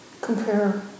compare